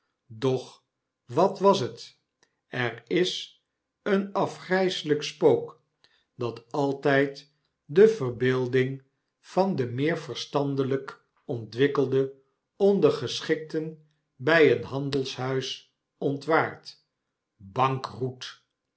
doch wat was het er is een afgryselyk spook dat altyd de verbeelding van de meer verstandelyk ontwikkelde ondergeschikten by een handelshuis ontwaart